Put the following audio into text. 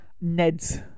Ned's